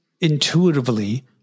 intuitively